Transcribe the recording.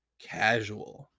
casual